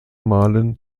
malen